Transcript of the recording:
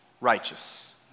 righteous